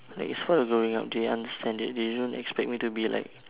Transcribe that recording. like it's part of growing up they understand it they don't expect me to be like